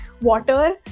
water